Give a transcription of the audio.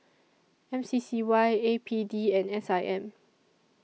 M C C Y A P D and S I M